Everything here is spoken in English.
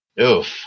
Oof